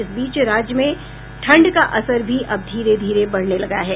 इस बीच राज्य में ठंड का असर भी अब धीरे धीरे बढ़ने लगा है